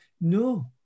No